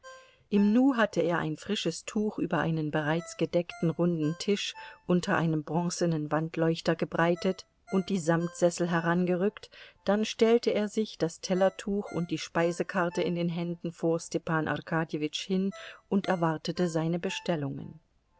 im nu hatte er ein frisches tuch über einen bereits gedeckten runden tisch unter einem bronzenen wandleuchter gebreitet und die samtsessel herangerückt dann stellte er sich das tellertuch und die speisekarte in den händen vor stepan arkadjewitsch hin und erwartete seine bestellungen